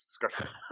discussion